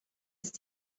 ist